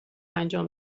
انجام